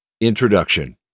Introduction